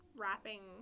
wrapping